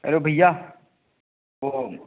अरे ओ भैया वह